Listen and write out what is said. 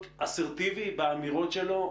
צריך להיות אסרטיבי באמירות שלו,